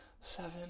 seven